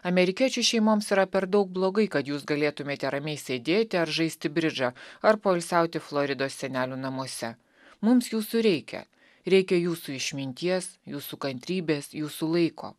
amerikiečių šeimoms yra per daug blogai kad jūs galėtumėte ramiai sėdėti ar žaisti bridžą ar poilsiauti floridos senelių namuose mums jūsų reikia reikia jūsų išminties jūsų kantrybės jūsų laiko